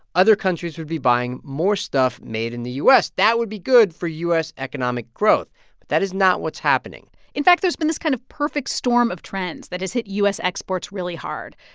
other countries would be buying more stuff made in the u s. that would be good for u s. economic growth, but that is not what's happening in fact, there's been this kind of perfect storm of trends that has hit u s. exports really hard.